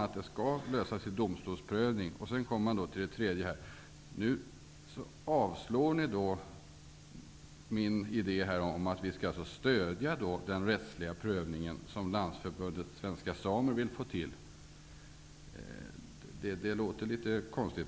Utskottet avstyrker min idé om stöd för den rättsliga prövning som Landsförbundet Svenska Samer vill få till stånd. Det låter litet konstigt.